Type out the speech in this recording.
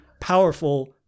powerful